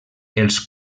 els